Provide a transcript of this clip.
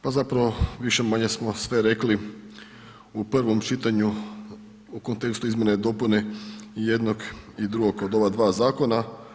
Pa zapravo, više-manje smo sve rekli u prvom čitanju u kontekstu izmjene i dopune jednog i drugo od ova dva zakona.